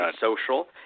social